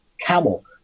camel